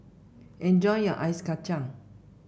enjoy your Ice Kacang